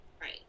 Right